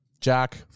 Jack